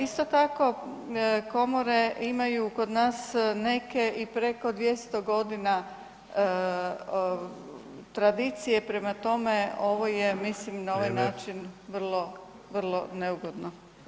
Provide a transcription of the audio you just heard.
Isto tako komore imaju kod nas neke i preko 200 godina tradicije prema tome ovo je mislim na ovaj način [[Upadica: Vrijeme.]] vrlo, vrlo neugodno.